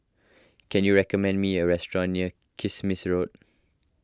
can you recommend me a restaurant near Kismis Road